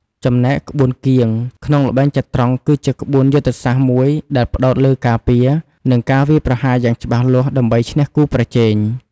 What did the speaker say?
ចំណែក ក្បួនគៀង ក្នុងល្បែងចត្រង្គ គឺជាក្បួនយុទ្ធសាស្ត្រមួយដែលផ្តោតលើការពារ និងការវាយប្រហារយ៉ាងច្បាស់លាស់ ដើម្បីឈ្នះគូប្រជែង។